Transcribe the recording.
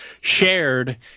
shared